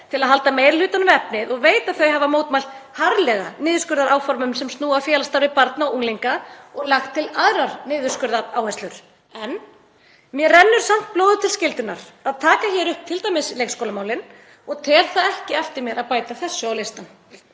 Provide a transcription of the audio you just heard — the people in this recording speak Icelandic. til að halda meiri hlutanum við efnið og veit að þau hafa mótmælt harðlega niðurskurðaráformum sem snúa að félagsstarfi barna og unglinga og lagt til aðrar niðurskurðaráherslur. Mér rennur samt blóðið til skyldunnar að taka hér t.d. upp leikskólamálin og tel það ekki eftir mér að bæta þessu á listann.